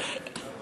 כן.